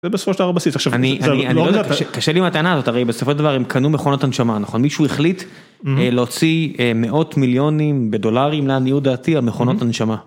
ובסופו של דבר הבסיס עכשיו, קשה לי מהטענה הזאת הרי בסופו של דבר הם קנו מכונות הנשמה נכון מישהו החליט להוציא מאות מיליונים בדולרים לעניות דעתי על מכונות הנשמה.